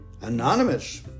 Anonymous